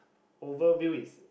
overview is